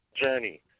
journey